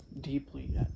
deeply